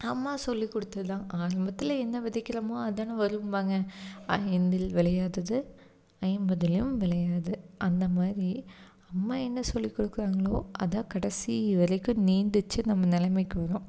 அம்மா சொல்லிக் கொடுத்ததது தான் ஆரம்பத்தில் என்ன விதைக்கிறோம் அதான் வரும்பாங்க ஐந்தில் விளையாதது ஐம்பதுலேயும் விளையாது அந்த மாதிரி அம்மா என்ன சொல்லிக் கொடுக்குறாங்களோ அதான் கடைசி வரைக்கும் நீண்டுச்சு நம்ம நிலமைக்கு வரும்